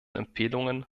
empfehlungen